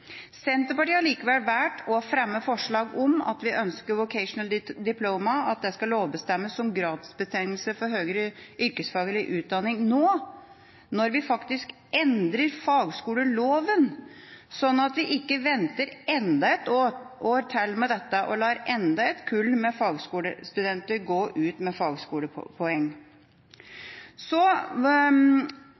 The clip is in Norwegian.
Senterpartiet har likevel valgt å fremme forslag om at vi ønsker at Vocational Diploma skal lovbestemmes som gradsbetegnelse for høyere yrkesfaglig utdanning nå når vi faktisk endrer fagskoleloven, slik at vi ikke venter enda ett år med dette og lar enda et kull med fagskolestudenter gå ut med